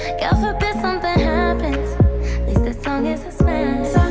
god forbid something happens least this song is a smash